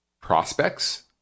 prospects